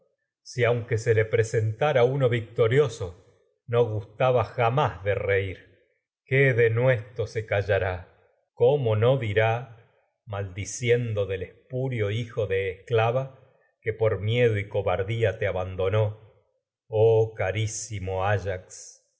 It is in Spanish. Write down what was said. si aunque le presentara uno victorioso callará gustaba jamás de reír qué denues no to se cómo que dirá maldiciendo y del espurio hijo de esclava por miedo cobardía te abando en nó oh carísimo ayax